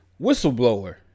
whistleblower